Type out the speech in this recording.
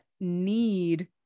need